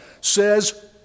says